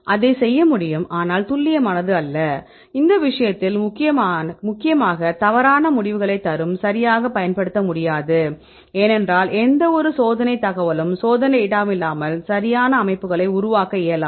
அதைச் செய்ய முடியும் ஆனால் துல்லியமானது அல்ல இந்த விஷயத்தில் முக்கியமாக தவறான முடிவுகளைத் தரும் சரியாகப் பயன்படுத்த முடியாது ஏனென்றால் எந்தவொரு சோதனைத் தகவலும் சோதனைத் டேட்டாவும் இல்லாமல் சரியான அமைப்புகளை உருவாக்க இயலாது